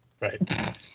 right